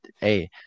Hey